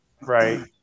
right